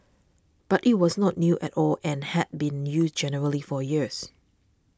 but it was not new at all and had been used generally for years